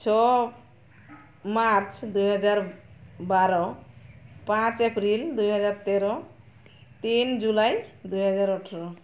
ଛଅ ମାର୍ଚ୍ଚ ଦୁଇହଜାର ବାର ପାଞ୍ଚ ଏପ୍ରିଲ ଦୁଇହଜାର ତେର ତିନ ଜୁଲାଇ ଦୁଇହଜାର ଅଠର